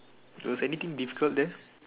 was anything difficult there